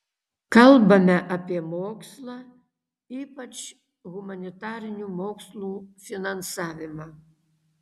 kalbame apie mokslą ypač humanitarinių mokslų finansavimą